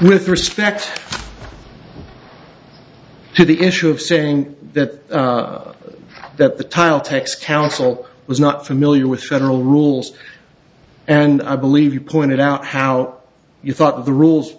with respect to the issue of saying that that the tile techs counsel was not familiar with federal rules and i believe you pointed out how you thought the rules